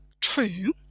true